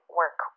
work